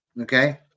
okay